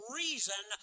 reason